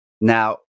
Now